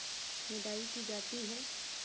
निदाई की जाती है?